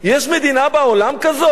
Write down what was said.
יש מדינה בעולם, כזאת?